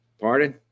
Pardon